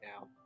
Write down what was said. now